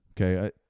Okay